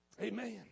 Amen